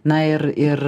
na ir ir